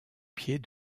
pied